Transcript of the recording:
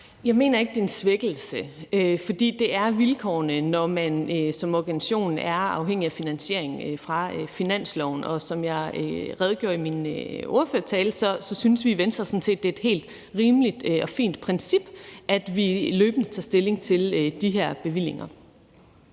Jeg mener ikke, det er en svækkelse, for det er vilkårene, når man som organisation er afhængig af finansieringen fra finansloven. Og som jeg redegjorde for i min ordførertale, synes vi sådan set i Venstre, det er et helt rimeligt og fint princip, at vi løbende tager stilling til de her bevillinger.